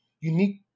Unique